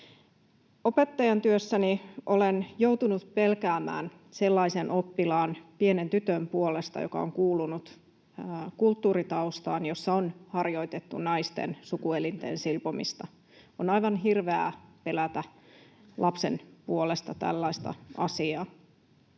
Opettajan työssäni olen joutunut pelkäämään sellaisen oppilaan, pienen tytön, puolesta, joka on kuulunut kulttuuritaustaan, jossa on harjoitettu naisten sukuelinten silpomista. On aivan hirveää pelätä lapsen puolesta tällaista asiaa.